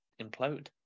implode